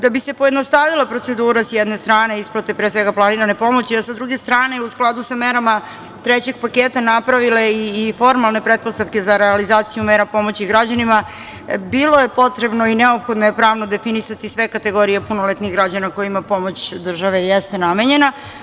Da bi se pojednostavila procedura, s jedne strane, isplate pre svega planirane pomoći, a s druge strane, u skladu sa merama trećeg paketa, napravile i formalne pretpostavke za realizaciju mera pomoći građanima, bilo je potrebno i neophodno je pravno definisati sve kategorije punoletnih građana kojima pomoć države jeste namenjena.